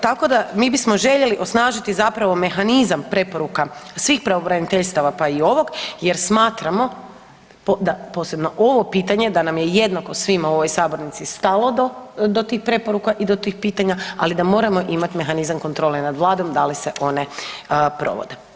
Tako da mi bismo željeli osnažiti mehanizam preporuka svih pravobraniteljstava pa i ovog jer smatramo, posebno ovo pitanje da nam je jednako svima u ovoj sabornici stalo do tih preporuka i do tih pitanja, ali moramo imati mehanizam kontrole nad Vladom da li se one provode.